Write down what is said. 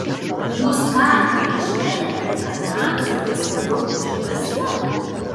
jūs ką nežinote kad hanzai tai svarbiau už viską